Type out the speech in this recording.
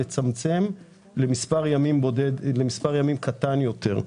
לצמצם למספר ימים קטן יותר.